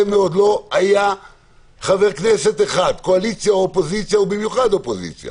ולא היה חבר כנסת אחד קואליציה או אופוזיציה ובמיוחד אופוזיציה